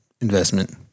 investment